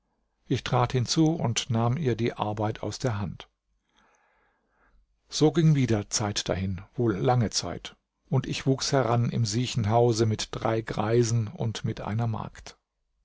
ich trat hinzu und nahm ihr die arbeit aus der hand so ging wieder zeit dahin wohl lange zeit und ich wuchs heran im siechenhause mit drei greisen und mit einer magd